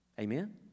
Amen